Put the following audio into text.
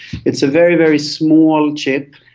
it's a very, very small chip,